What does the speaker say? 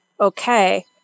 okay